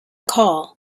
call